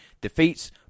defeats